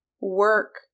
work